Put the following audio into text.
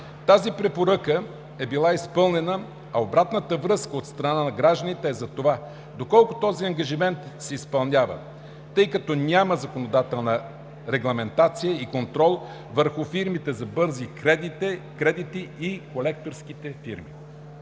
Тази препоръка е била изпълнена, а обратната връзка от страна на гражданите е за това доколко този ангажимент се изпълнява, тъй като няма законодателна регламентация и контрол върху фирмите за бързи кредити и колекторските фирми.